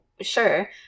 Sure